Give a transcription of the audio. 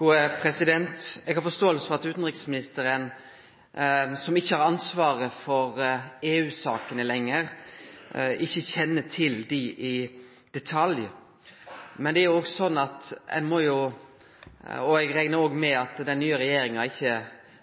Eg har forståing for at utanriksministeren, som ikkje har ansvaret for EU-sakene lenger, ikkje kjenner til dei i detalj, og eg reknar med at den nye regjeringa ikkje